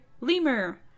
Lemur